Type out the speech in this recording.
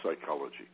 psychology